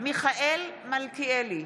מיכאל מלכיאלי,